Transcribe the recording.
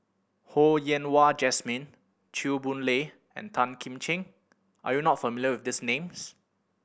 Ho Yen Wah Jesmine Chew Boon Lay and Tan Kim Ching are you not familiar with these names